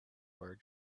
our